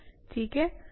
ठीक है